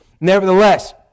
Nevertheless